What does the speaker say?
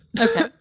Okay